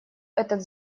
этот